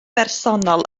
bersonol